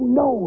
no